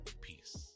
peace